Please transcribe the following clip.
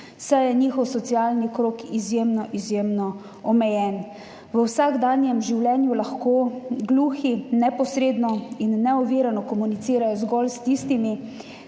saj je njihov socialni krog izjemno izjemno omejen. V vsakdanjem življenju lahko gluhi neposredno in neovirano komunicirajo zgolj s tistimi,